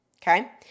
Okay